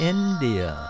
India